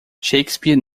shakespeare